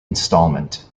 instalment